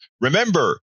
remember